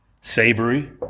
savory